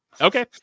Okay